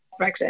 Brexit